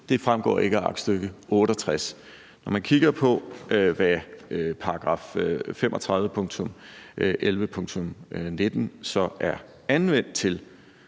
Det fremgår ikke af aktstykke 68. Når man kigger på, hvad § 35.11.19 så er anvendt til,